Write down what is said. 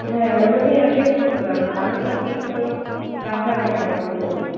হ্যাঁ ওই জন্যেই আগে ফোন করা মানে বারোটা সিট যেন রাখা থাকে আমাদের জন্য